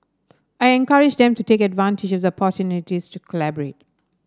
I encourage them to take advantage of the opportunities to collaborate